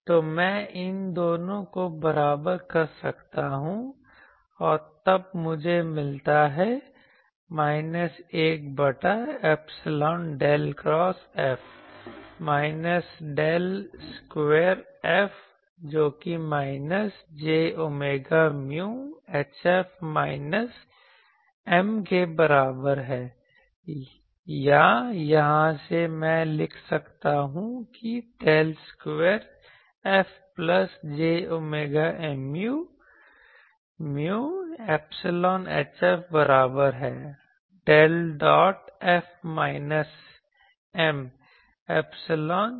तो मैं इन दोनों को बराबर कर सकता हूं और तब मुझे मिलता है माइनस 1 बटा epsilon del cross F minus del square F जोकि minus j omega mu HF minus M के बराबर है या यहां से मैं लिख सकता हूं की del square F plus j omega mu epsilon HF बराबर है del dot F minus M epsilon के